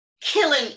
killing